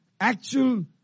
actual